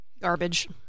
Garbage